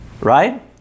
Right